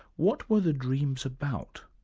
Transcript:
what were the dreams about?